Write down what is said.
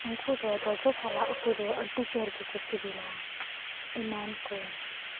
ᱩᱱᱠᱩ ᱫᱚ ᱡᱚᱡᱚ ᱥᱟᱞᱟᱜ ᱩᱛᱩ ᱫᱚ ᱟᱹᱰᱤ ᱡᱳᱨ ᱜᱮᱠᱚ ᱥᱤᱵᱤᱞᱟ ᱮᱢᱟᱱ ᱠᱚ